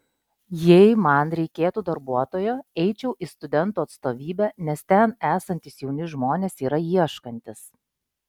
jei man reikėtų darbuotojo eičiau į studentų atstovybę nes ten esantys jauni žmonės yra ieškantys